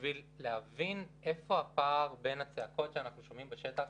כדי להבין איפה הפער בין הצעקות שאנחנו שומעים בשטח